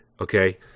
okay